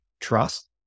Trust